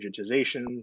digitization